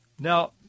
Now